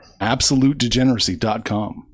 AbsoluteDegeneracy.com